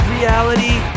Reality